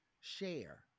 share